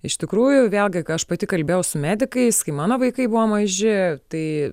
iš tikrųjų vėlgi kai aš pati kalbėjau su medikais kai mano vaikai buvo maži tai